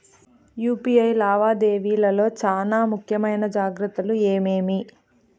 UPI లావాదేవీల లో చానా ముఖ్యమైన జాగ్రత్తలు ఏమేమి?